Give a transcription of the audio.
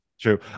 True